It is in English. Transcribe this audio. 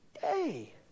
day